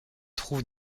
trouve